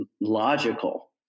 logical